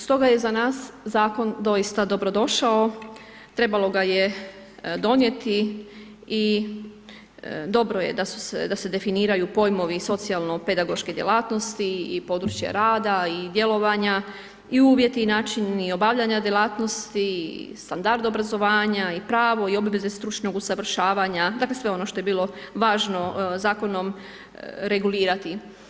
Stoga je za nas Zakon doista dobro došao, trebalo ga je donijeti i dobro je da se definiraju pojmovi socijalno pedagoške djelatnosti i područje rada i djelovanja i uvjeti i način obavljanja djelatnosti, standard obrazovanja i pravo i obveze stručnog usavršavanja, dakle, sve ono što je bilo važno Zakonom regulirati.